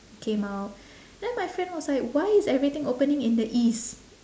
came out then my friend was like why is everything opening in the east